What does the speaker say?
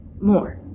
more